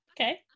okay